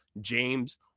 James